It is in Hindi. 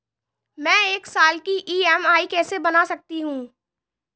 मैं एक साल की ई.एम.आई कैसे बना सकती हूँ?